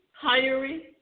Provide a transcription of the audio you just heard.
hiring